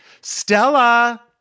Stella